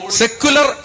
secular